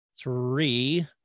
three